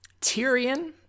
Tyrion